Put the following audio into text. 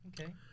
Okay